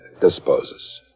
disposes